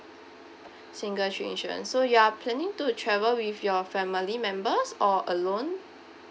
single trip insurance so you are planning to travel with your family members or alone